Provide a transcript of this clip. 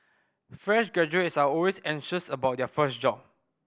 fresh graduates are always anxious about their first job